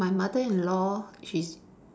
my mother-in-law she's